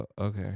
okay